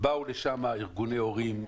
באו לשם ארגוני הורים,